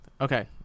okay